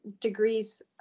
degrees